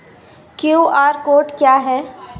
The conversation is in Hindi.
क्यू.आर कोड क्या है?